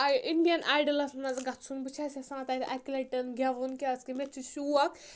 آے Indian idols منٛز گژھُن بہٕ چھَس یَژھان تَتہِ اَکہِ لَٹؠن گیٚوُن کیازکہِ مےٚ چھُ شوق